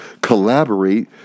collaborate